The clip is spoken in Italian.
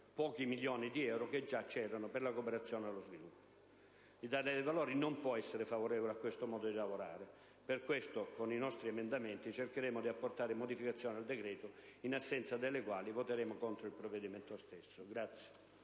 pochi milioni di euro, che già c'erano, per la cooperazione allo sviluppo. L'Italia dei Valori non può esser favorevole a questo modo di lavorare. Per questo, con i nostri emendamenti cercheremo di apportare modificazioni al decreto, in assenza delle quali voteremo contro il provvedimento stesso.